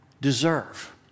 deserve